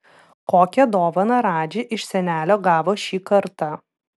kokią dovaną radži iš senelio gavo šį kartą